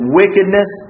wickedness